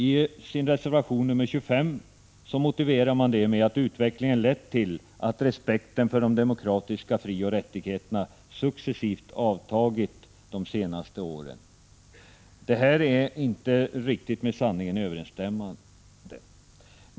I reservation nr 25 motiverar man det med att utvecklingen lett till att respekten för de demokratiska frioch rättigheterna successivt avtagit de senaste åren. Detta är inte riktigt med sanningen överensstämmande.